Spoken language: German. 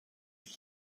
wien